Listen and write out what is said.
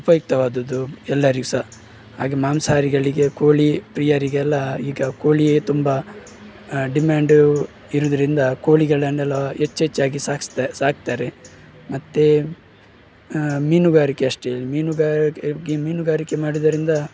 ಉಪಯುಕ್ತವಾದುದು ಎಲ್ಲರಿಗೂ ಸಹ ಹಾಗೆ ಮಾಂಸಹಾರಿಗಳಿಗೆ ಕೋಳಿ ಪ್ರಿಯರಿಗೆಲ್ಲ ಈಗ ಕೋಳಿಯೇ ತುಂಬ ಡಿಮ್ಯಾಂಡು ಇರೋದ್ರಿಂದ ಕೋಳಿಗಳನ್ನೆಲ್ಲ ಹೆಚ್ಚು ಹೆಚ್ಚಾಗಿ ಸಾಗಿಸ್ತಾ ಸಾಕ್ತಾರೆ ಮತ್ತೆ ಮೀನುಗಾರಿಕೆ ಅಷ್ಟೆ ಮೀನುಗಾರಿಕೆ ಮೀನುಗಾರಿಕೆ ಮಾಡೋದರಿಂದ